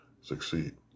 succeed